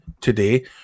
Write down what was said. today